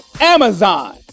Amazon